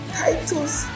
titles